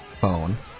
phone